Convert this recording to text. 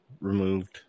removed